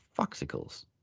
foxicles